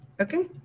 okay